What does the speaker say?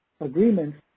agreements